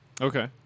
Okay